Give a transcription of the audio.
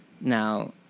Now